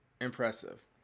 Impressive